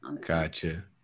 Gotcha